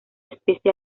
especie